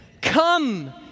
Come